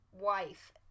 wife